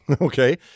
okay